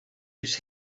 his